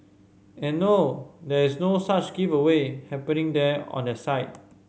and no there is no such giveaway happening there on their site